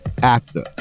actor